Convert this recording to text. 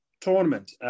tournament